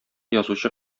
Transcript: язучы